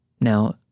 Now